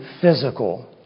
physical